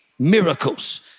Miracles